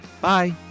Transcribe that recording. Bye